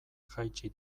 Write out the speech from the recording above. jaitsi